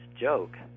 joke